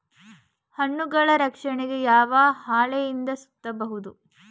ಹಣ್ಣುಗಳ ರಕ್ಷಣೆಗೆ ಯಾವ ಹಾಳೆಯಿಂದ ಸುತ್ತಬಹುದು?